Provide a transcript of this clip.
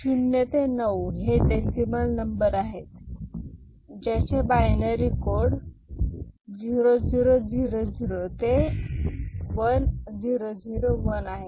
शून्य ते नऊ हे डेसिमल नंबर आहेत ज्याचे बायनरी कोड 0000 ते 1001 आहेत